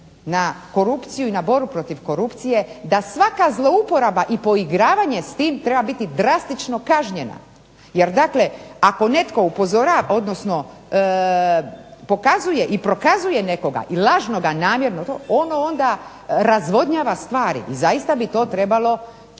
na korupciju i na borbu protiv korupcije da svaka zlouporaba i poigravanje s tim treba biti drastično kažnjena. Jer dakle, ako netko upozorava, odnosno pokazuje i prokazuje nekoga i lažno ga namjerno, ono onda razvodnjava stvari. I zaista bi to trebalo